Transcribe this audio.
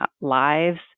lives